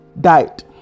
died